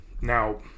Now